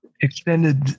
extended